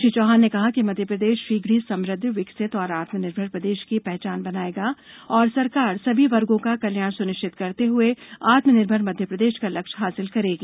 श्री चौहान ने कहा कि मध्यप्रदेश शीघ्र ही समृद्ध विकसित और आत्मनिर्भर प्रदेश की पहचान बनायेगा और सरकार सभी वर्गों का कल्याण सुनिश्चित करते हुए आत्मनिर्भर मध्यप्रदेश का लक्ष्य हासिल करेगी